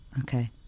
okay